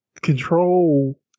control